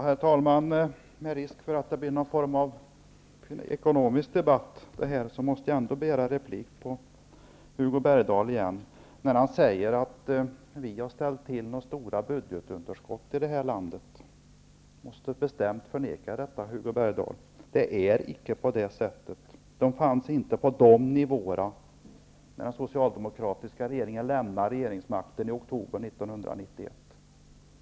Herr talman! Med risk för att detta blir en ekonomisk debatt måste jag ändå begära replik på Hugo Bergdahls inlägg. Han sade att vi har ställt till med stora budgetunderskott för det här landet. Detta måste jag bestämt förneka, Hugo Bergdahl. Det förhåller sig icke på det sättet. Budgetunderskotten låg inte på dessa nivåer när den socialdemokratiska regeringen lämnade regeringsmakten i oktober 1991.